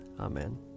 Amen